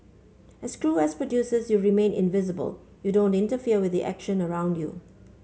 as crew as producers you remain invisible you don't interfere with the action around you